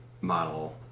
model